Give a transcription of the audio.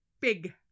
Big